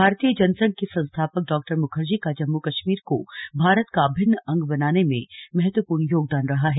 भारतीय जनसंघ के संस्थापक डॉक्टर मुखर्जी का जम्मू कश्मीर को भारत का अभिन्न अंग बनाने में महत्वपूर्ण योगदान रहा है